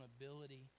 ability